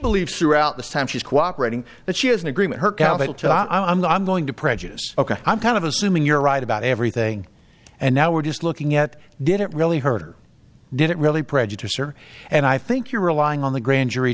believes throughout the time she's cooperating that she has an agreement her counsel to i'm not i'm going to prejudice ok i'm kind of assuming you're right about everything and now we're just looking at did it really hurt or did it really prejudice or and i think you're relying on the grand jury